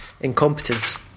incompetence